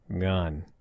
gone